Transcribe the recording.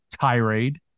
tirade